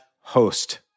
host